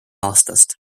aastast